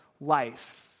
life